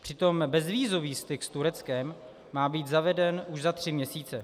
Přitom bezvízový styk s Tureckem má být zaveden už za tři měsíce.